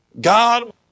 God